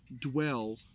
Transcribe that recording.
dwell